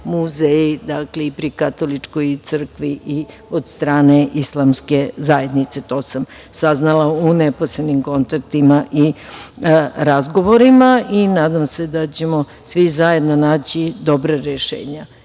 muzeji i pri katoličkoj crkvi i od strane islamske zajednice. To sam saznala u neposrednim kontaktima i razgovorima i nadam se da ćemo svi zajedno naći dobra rešenja